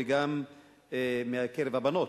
וגם מקרב הבנות,